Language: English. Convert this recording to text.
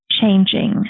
changing